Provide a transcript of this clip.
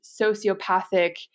sociopathic